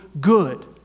good